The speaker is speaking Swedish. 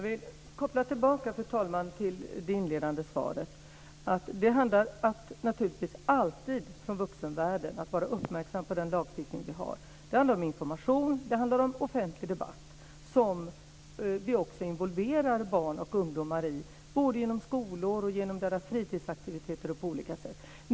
Fru talman! Jag vill koppla tillbaka till det inledande svaret. Det handlar naturligtvis alltid om att från vuxenvärlden vara uppmärksam på den lagstiftning vi har. Det handlar om information och det handlar om offentlig debatt som vi också involverar barn och ungdomar i genom skolan, genom deras fritidsaktiviteter och på andra sätt.